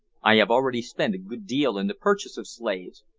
i have already spent a good deal in the purchase of slaves,